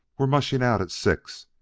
we're mushin' out at six,